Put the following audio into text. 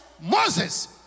Moses